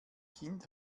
kind